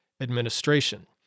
administration